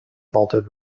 vaulted